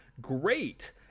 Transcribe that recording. great